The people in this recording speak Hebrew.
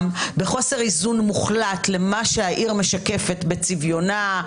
בחוסר איזון מוחלט למה שהעיר משקפת בצביונה,